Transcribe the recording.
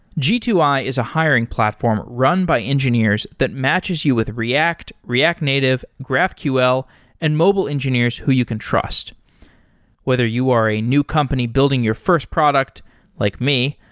g two i is a hiring platform run by engineers that matches you with react, react native, graphql and mobile engineers who you can trust whether you are a new company building your first product like me,